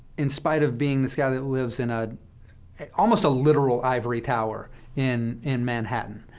in spite of being this guy that lives in ah a almost a literal ivory tower in in manhattan.